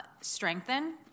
strengthen